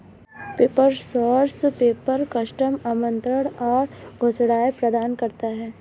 paper source paper, custom आमंत्रण और घोषणाएं प्रदान करता है